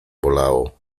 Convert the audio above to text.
bolało